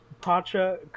Pacha